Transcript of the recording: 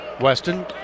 Weston